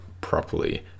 properly